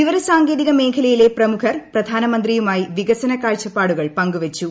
വിവര സാങ്കേതിക മേഖലയിലെ പ്രമുഖർ പ്രധാനമന്ത്രിയുമായി വികസന കാഴ്ചപ്പാടുകൾ പങ്കുവച്ചു